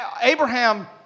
Abraham